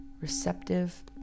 receptive